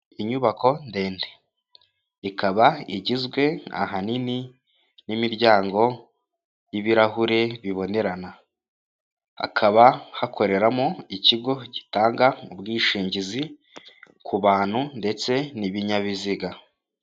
Inyubako ndende, ikaba igizwe ahanini n'imiryango y'ibirahure bibonerana, hakaba hakoreramo ikigo gitanga ubwishingizi ku bantu ndetse n'ibinyabiziga.